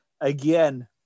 again